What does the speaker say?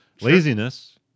laziness